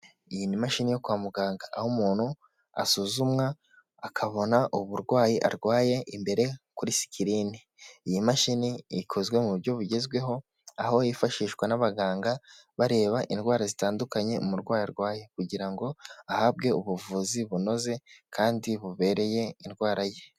Iyi ni imashini yo kwa muganga, aho umuntu asuzumwa akabona uburwayi arwaye imbere kuri sikirini, iyi mashini ikozwe mu buryo bugezweho aho yifashishwa n'abaganga bareba indwara zitandukanye umurwayi arwaye kugira ngo ahabwe ubuvuzi bunoze kandi bubereye indwara ye.